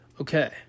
Okay